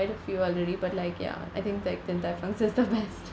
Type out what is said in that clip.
a few already but like ya I think like din tai fung's is the best